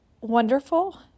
wonderful